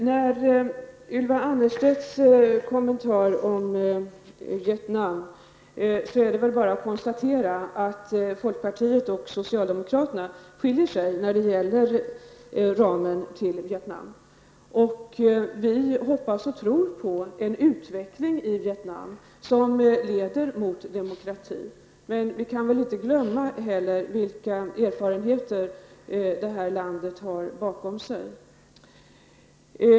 När det gäller Ylva Annerstedts kommentar om Vietnam är det väl bara att konstatera att folkpartiet och socialdemokraterna skiljer sig i fråga om ramen till Vietnam. Vi hoppas och tror på en utveckling som leder mot demokrati i Vietnam. Vi kan väl inte heller glömma bort vilka erfarenheter det här landet har bakom sig.